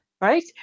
Right